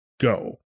go